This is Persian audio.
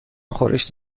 خورشت